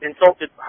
insulted